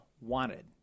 wanted